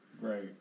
right